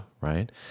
right